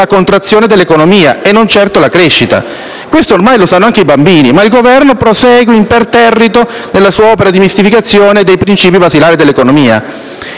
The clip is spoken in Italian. la contrazione dell'economia e non certo la crescita. Questo ormai lo sanno anche i bambini, ma il Governo prosegue imperterrito nella sua opera di mistificazione dei principi basilari dell'economia.